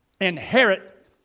Inherit